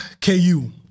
KU